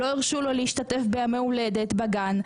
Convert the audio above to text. לא הרשו לו להשתתף בימי הולדת בגן,